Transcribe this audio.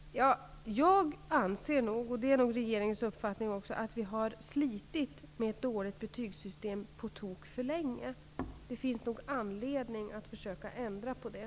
Jag anser -- och det är nog regeringens uppfattning också -- att vi har slitit med ett dåligt betygssystem på tok för länge. Det finns anledning att försöka ändra på det.